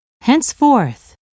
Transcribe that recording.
henceforth